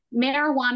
marijuana